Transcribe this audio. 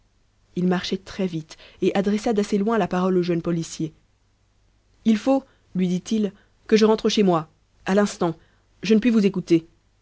il marchait très-vite et adressa d'assez loin la parole au jeune policier il faut lui dit-il que je rentre chez moi à l'instant je ne puis vous écouter